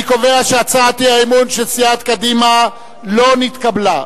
אני קובע שהצעת האי-אמון של סיעת קדימה לא נתקבלה.